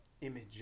Image